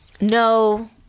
No